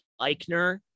Eichner